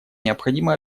необходимо